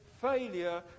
failure